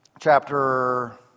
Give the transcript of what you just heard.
chapter